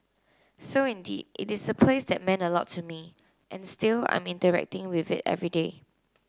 so indeed it is a place that meant a lot to me and still I'm interacting with it every day